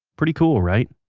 pretty cool, right?